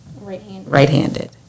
right-handed